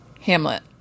Hamlet